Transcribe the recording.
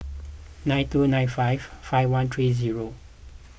nine two nine five five one three zero